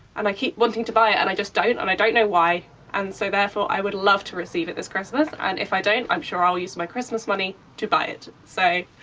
and i keep wanting to buy it and i just don't and i don't know why and so therefore i would love to receive it this christmas. and if i don't i'm sure i'll use my christmas money to buy it so,